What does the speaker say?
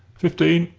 fifteen.